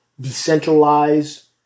decentralized